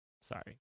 sorry